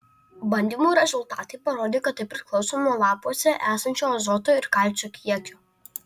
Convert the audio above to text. bandymų rezultatai parodė kad tai priklauso nuo lapuose esančio azoto ir kalcio kiekio